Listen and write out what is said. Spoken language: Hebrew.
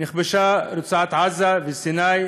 נכבשה רצועת-עזה, וסיני,